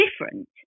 different